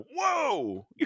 whoa